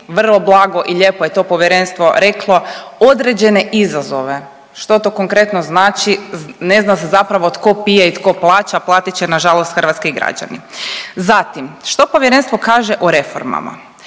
vrlo blago i lijepo je to povjerenstvo reklo, određene izazove. Što to konkretno znači? Ne zna se zapravo tko pije i tko plaća, platit će nažalost hrvatski građani. Zatim, što povjerenstvo kaže o reformama?